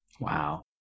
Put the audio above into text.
Wow